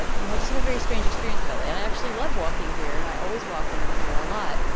but you just have a very strange experience of l a. and i actually love walking here. i always walk when i'm here a lot.